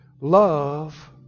Love